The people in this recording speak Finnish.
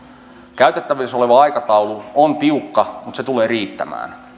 käytettävissä oleva aikataulu on tiukka mutta se tulee riittämään